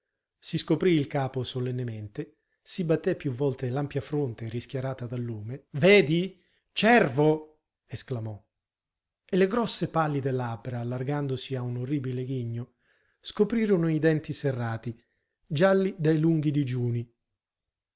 si scoprì il capo solennemente si batté più volte l'ampia fronte rischiarata dal lume vedi cervo esclamò e le grosse pallide labbra allargandosi a un orribile ghigno scoprirono i denti serrati gialli dai lunghi digiuni